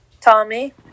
Tommy